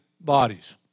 bodies